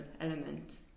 element